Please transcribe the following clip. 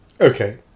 Okay